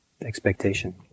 expectation